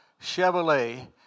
Chevrolet